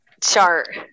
chart